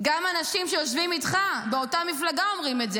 גם אנשים שיושבים איתך באותה מפלגה אומרים את זה,